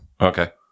okay